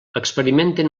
experimenten